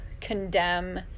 condemn